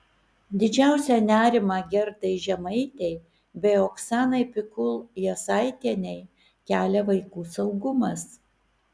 didžiausią nerimą gerdai žemaitei bei oksanai pikul jasaitienei kelia vaikų saugumas